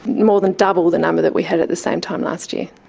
more than double the number that we had at the same time last year.